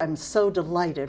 i'm so delighted